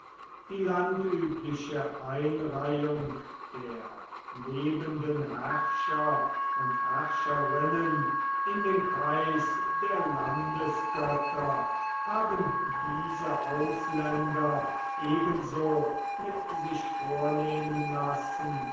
die landübliche einreihung der lebenden herrscher und herrscherinnen in den kreis der landesgötter haben diese ausländer ebenso mit sich vornehmen lassen